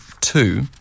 two